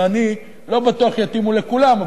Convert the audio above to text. ואני לא בטוח שיתאימו לכולם,